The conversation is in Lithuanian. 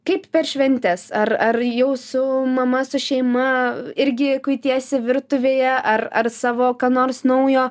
kaip per šventes ar ar jau su mama su šeima irgi kuitiesi virtuvėje ar ar savo ką nors naujo